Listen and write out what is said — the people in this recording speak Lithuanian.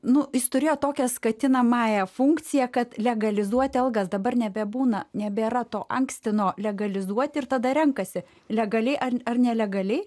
na jis turėjo tokią skatinamąja funkciją kad legalizuoti algas dabar nebebūna nebėra to akstino legalizuoti ir tada renkasi legaliai ar nelegaliai